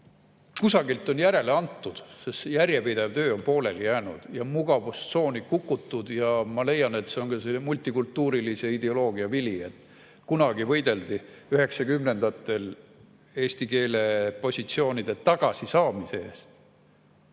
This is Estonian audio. Kusagilt on järele antud, sest järjepidev töö on pooleli jäänud ja mugavustsooni kukutud. Ma leian, et see on küll selline multikultuurilisuse ideoloogia vili. Kunagi, 1990‑ndatel, võideldi eesti keele positsioonide tagasisaamise eest.